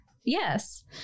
yes